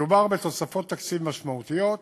מדובר בתוספות תקציב משמעותיות,